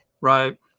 Right